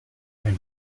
ein